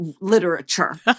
literature